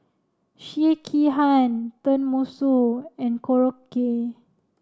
Sekihan Tenmusu and Korokke